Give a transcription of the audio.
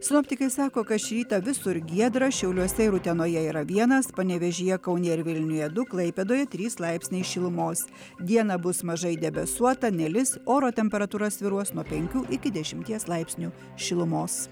sinoptikai sako kad šį rytą visur giedra šiauliuose ir utenoje yra vienas panevėžyje kaune ir vilniuje du klaipėdoje trys laipsniai šilumos dieną bus mažai debesuota nelis oro temperatūra svyruos nuo penkių iki dešimties laipsnių šilumos